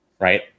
right